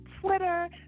Twitter